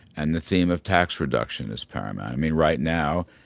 and the theme of tax reduction is paramount. i mean right now,